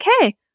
okay